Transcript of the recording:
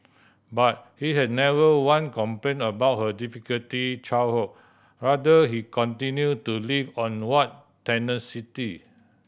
but he had never one complain about her difficulty childhood rather he continue to live on what tenacity